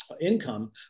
income